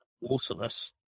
waterless